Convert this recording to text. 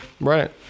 right